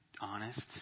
honest